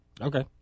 Okay